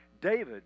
David